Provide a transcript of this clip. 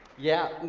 yeah,